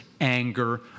anger